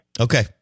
Okay